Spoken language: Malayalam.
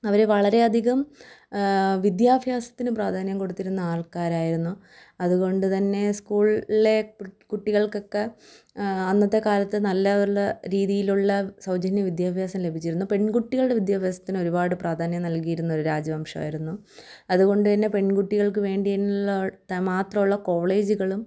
അവർ വളരെ അധികം വിദ്യാഭ്യാസത്തിനു പ്രാധാന്യം കൊടുത്തിരുന്ന ആൾക്കാരായിരുന്നു അതുകൊണ്ടു തന്നെ സ്കൂളിലെ കുട്ടികൾക്കൊക്കെ അന്നത്തെ കാലത്തു നല്ല നല്ല രീതിയിലുള്ള സൗജന്യ വിദ്യാഭ്യാസം ലഭിച്ചിരുന്നു പെൺകുട്ടികളുടെ വിദ്യാഭ്യസത്തിനൊരുപാട് പ്രാധാന്യം നൽകിയിരുന്നൊരു രാജവംശമായിരുന്നു അതുകൊണ്ട് തന്നെ പെൺകുട്ടികൾക്കു വേണ്ടിയുള്ള മാത്രമുള്ള കോളേജുകളും